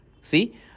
See